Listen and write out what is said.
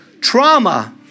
Trauma